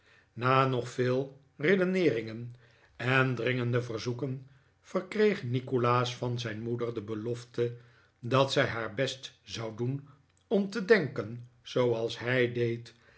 na nog veel redeneeringen en dringende verzoeken verkreeg nikolaas van zijn moeder de belofte dat zij haar best zou doen om te denken zooals hij deed